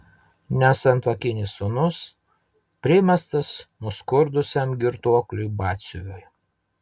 nesantuokinis sūnus primestas nuskurdusiam girtuokliui batsiuviui